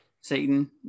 Satan